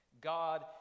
God